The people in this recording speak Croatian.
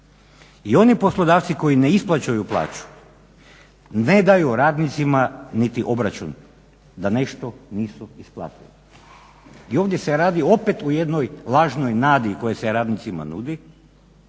I onda poslodavci koji ne isplaćuju plaću, ne daju radnicima niti obračun da nešto nisu isplatili. I ovdje se radi opet o jednoj lažnoj nadi koja se radnicima nudi,